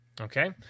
Okay